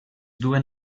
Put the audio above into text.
duen